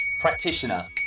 Practitioner